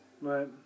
Right